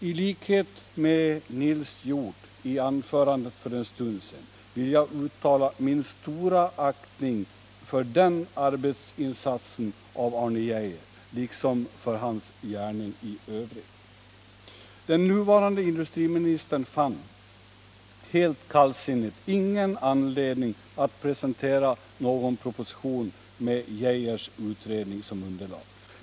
I likhet med Nils Hjorth vill jag uttala min stora aktning för den arbetsinsatsen av Arne Geijer, liksom för hans gärning i övrigt. Den nuvarande industriministern fann helt kallsinnigt ingen anledning att presentera någon proposition med Arne Geijers utredning som underlag.